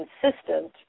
consistent